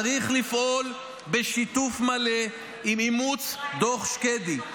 צריך לפעול בשיתוף מלא עם אימוץ דוח שקדי.